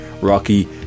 rocky